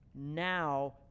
Now